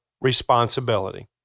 responsibility